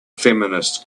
feminist